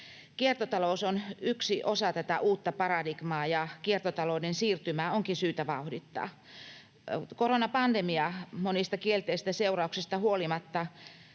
Kiertotalous on yksi osa tätä uutta paradigmaa, ja kiertotalouden siirtymää onkin syytä vauhdittaa. Monista kielteisistä seurauksista huolimatta